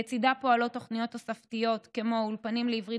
לצידה פועלות תוכניות תוספתיות כמו האולפנים לעברית